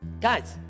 guys